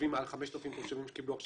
יישובים מעל 5,000 תושבים שקיבלו עכשיו